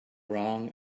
wrong